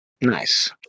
Nice